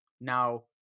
now